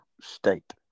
state